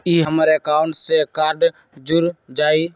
ई हमर अकाउंट से कार्ड जुर जाई?